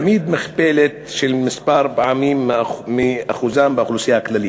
תמיד מכפלה של מספר הפעמים מאחוזם באוכלוסייה הכללית,